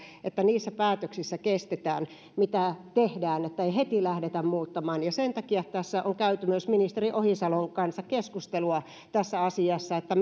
että niissä päätöksissä kestetään mitä tehdään niin että ei heti lähdetä muuttamaan sen takia tässä on käyty myös ministeri ohisalon kanssa keskustelua tästä asiasta että